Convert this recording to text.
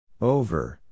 Over